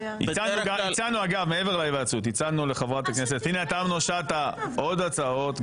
להיוועצות הצענו לחברת הכנסת פנינה תמנו שטה עוד הצעות,